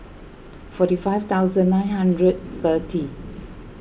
forty five thousand nine hundred thirty